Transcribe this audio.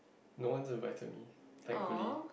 no one to invite to thankfully